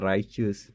Righteous